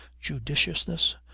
judiciousness